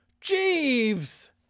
Jeeves